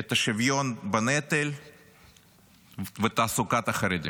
את השוויון בנטל ואת תעסוקת החרדים.